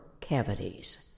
cavities